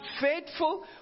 faithful